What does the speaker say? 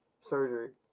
surgery